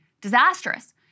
disastrous